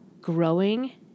growing